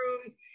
rooms